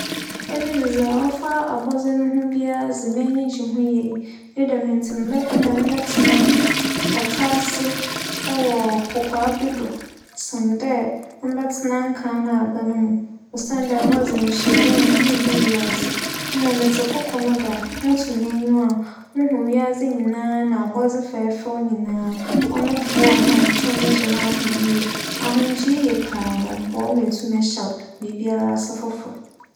Emi dze dza ͻfa abͻdze ho biara m'enyi gye ho yie ne dɛm ntsi mebɛpɛ dɛ mebɛtsena pata ase bi wͻ kokoa bi do sen dɛ mebɛtsena nkan no haban mu osiandɛ hͻ dze mehyɛ dan mu nunnhu wiadze mbom metse koko no do a, moto m'enyi a muhu wiadze nyinaa na abͻdze fɛɛfɛw nyinaa. ͻno boa me ma mutum megye m'ahom yie. Ahomgyee yie paa na ͻboa wo ma itum hyɛ biribiara ase yie.